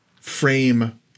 frame